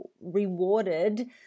rewarded